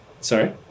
Sorry